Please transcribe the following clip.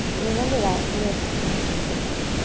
remember that lift in the hip crease.